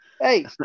Hey